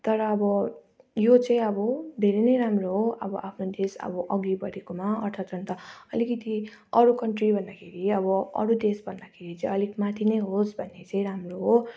तर अब यो चाहिँ अब धेरै नै राम्रो हो अब आफ्नो देश अब अघि बढेकोमा अर्थतन्त्र अलिकिति अरू कन्ट्री भन्दाखेरि अब अरू देश भन्दाखेरि चाहिँ अलिक माथि नै होस् भन्ने चाहिँ राम्रो हो